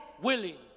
willing